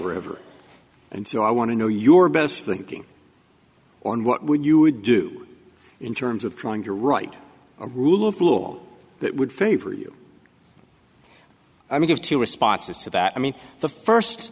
wherever and so i want to know your best thinking on what would you would do in terms of trying to write a rule of law that would favor you i think of two responses to that i mean the first